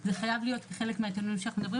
זה חייב להיות חלק מהנתונים שאנחנו מדברים